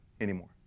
anymore